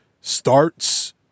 starts